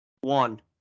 one